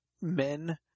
men